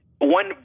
one